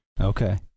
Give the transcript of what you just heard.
Okay